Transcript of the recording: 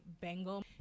Bengal